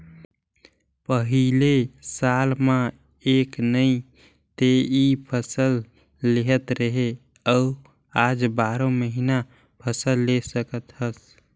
पहिले साल म एक नइ ते इ फसल लेहत रहें अउ आज बारो महिना फसल ले सकत हस